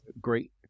Great